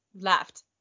left